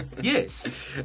Yes